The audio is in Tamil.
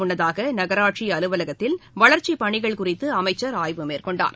முன்னதாக நகராட்சி அலுவலகத்தில் வளர்ச்சி பணிகள் குறித்து அமைச்சர் ஆய்வு மேற்கொண்டார்